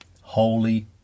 holy